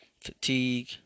fatigue